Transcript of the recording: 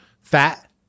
fat